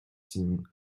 seem